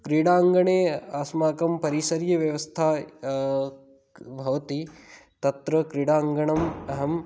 क्रीडाङ्गणे अस्माकं परिसरीयव्यवस्था भवति तत्र क्रीडाङ्गणम् अहम्